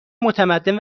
متمدن